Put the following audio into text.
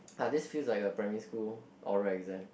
ah this feels like a primary school oral exam